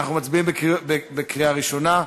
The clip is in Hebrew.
אנחנו מצביעים בקריאה ראשונה.